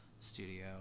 studio